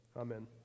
Amen